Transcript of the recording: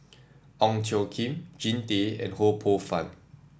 Ong Tjoe Kim Jean Tay and Ho Poh Fun